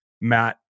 Matt